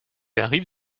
arrive